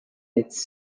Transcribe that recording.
ins